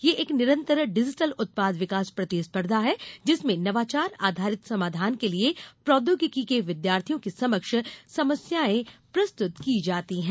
यह एक निरन्तर डिजिटल उत्पाद विकास प्रतिस्पर्धा है जिसमें नवाचार आधारित समाधान के लिए प्रौद्योगिकी की विद्यार्थियों के समक्ष समस्याएं प्रस्तुत की जाती हैं